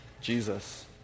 Jesus